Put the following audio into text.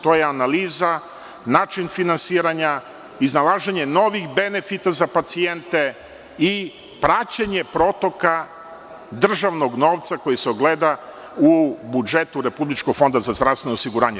To je analiza, način finansiranja, iznalaženje novih benefita za pacijente i praćenje protoka državnog novca koji se ogleda u budžetu Republičkog fonda za zdravstveno osiguranje.